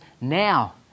now